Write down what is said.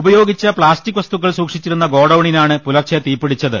ഉപ യോഗിച്ച പ്ലാസ്റ്റിക് വസ്തുക്കൾ സൂക്ഷിച്ചിരുന്ന ഗോഡൌണിനാണ് പുലർച്ചെ തീപ്പിടിച്ചത്